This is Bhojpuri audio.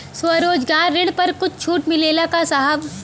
स्वरोजगार ऋण पर कुछ छूट मिलेला का साहब?